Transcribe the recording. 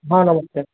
ହଁ ନମସ୍କାର